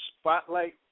spotlight